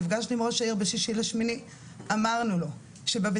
נפגשתי עם ראש העיר ב-6 לאוגוסט ואמרנו לו שבבית